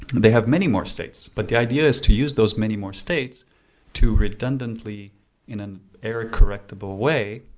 they have many more states but the idea is to use those many more states to redundantly in an area correctable way